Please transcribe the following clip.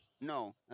no